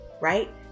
right